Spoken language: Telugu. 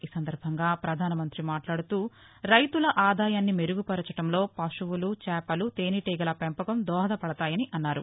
ఈ సందర్భంగా ప్రధానమంత్రి మాట్లాడుతూరైతుల ఆదాయాన్ని మెరుగుపరచడంలో పశువులు చేపలు తేనెటీగల పెంపకం దోహదపడతాయని అన్నారు